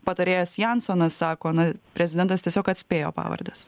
patarėjas jansonas sako na prezidentas tiesiog atspėjo pavardes